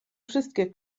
wszystkie